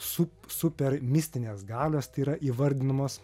sup super mistinės galios tai yra įvardinamos